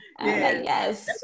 Yes